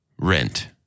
rent